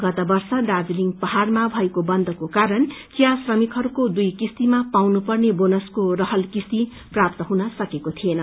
गत वर्ष दार्जीलिङ पहाड़मा भएको बन्दको कारण चिया श्रमिकहरूको दुइ किस्तीमा पाउनु पर्ने बोनसको रहल किस्ती प्राप्त हुन सकेको थिएन